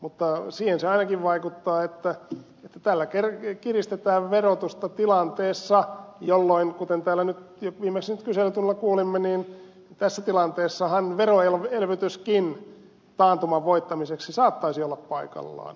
mutta siihen se ainakin vaikuttaa että tällä kiristetään verotusta tilanteessa jolloin kuten täällä viimeksi kyselytunnilla kuulimme tässä tilanteessahan veroelvytyskin taantuman voittamiseksi saattaisi olla paikallaan